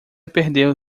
perdeu